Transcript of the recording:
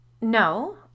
No